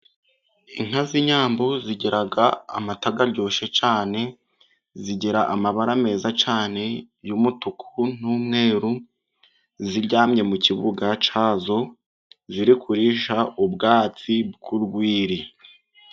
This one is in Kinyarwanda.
Inka z'inyambo zigira amata aryoshye cyane. Zigira amabara meza cyane y'umutuku n'umweru. Ziryamye mu kibuga cyazo. Zirikurisha ubwatsi bw'urwiri.